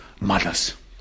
mothers